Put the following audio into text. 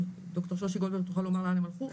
דוקטור שושי גולדברג תוכל לומר לאן הן הלכו,